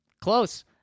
Close